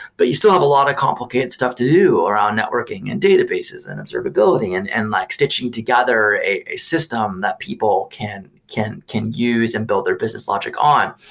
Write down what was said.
but you still have a lot of complicated stuff to do around networking and databases and observability and and like stitching together a a system that people can can use and build their business logic on.